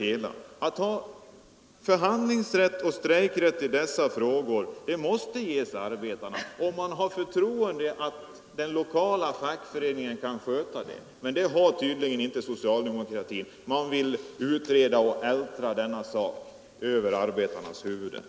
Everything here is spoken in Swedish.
Arbetarna måste ges förhandlingsrätt och strejkrätt i dessa frågor — om man tilltror den lokala fackföreningen att kunna sköta dessa angelägenheter. Men det gör tydligen inte socialdemokratin. Man vill utreda och älta denna fråga över arbetarnas huvuden.